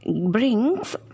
brings